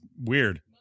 weird